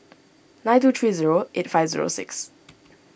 nine two three zero eight five zero six